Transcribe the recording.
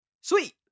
Sweet